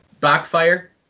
backfire